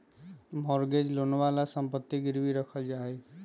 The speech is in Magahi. मॉर्गेज लोनवा ला सम्पत्ति गिरवी रखल जाहई